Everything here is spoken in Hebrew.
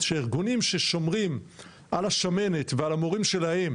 שארגונים ששומרים על השמנת ועל המורים שלהם,